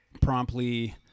promptly